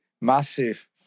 massive